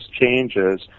changes